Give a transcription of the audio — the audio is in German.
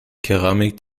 keramik